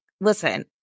listen